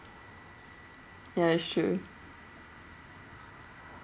ya that's true